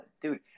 dude